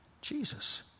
Jesus